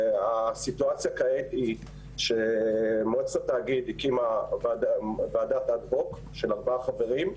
הסיטואציה כעת היא שמועצת התאגיד הקימה ועדת אד הוק של ארבעה חברים,